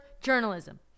journalism